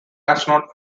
astronaut